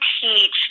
teach